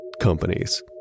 companies